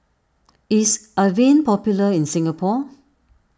is Avene popular in Singapore